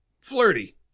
flirty